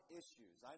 issues